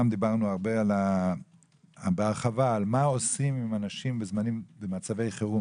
גם דיברנו בהרחבה על מה עושים עם אנשים במצבי חירום,